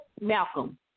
Malcolm